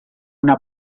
una